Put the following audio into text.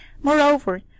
moreover